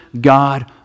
God